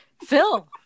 Phil